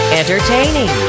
entertaining